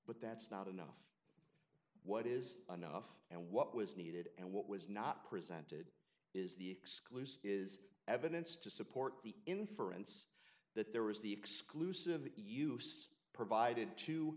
but that's not enough what is enough and what was needed and what was not presented is the exclusive is evidence to support the inference that there was the exclusive use provided to